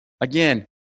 again